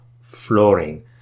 flooring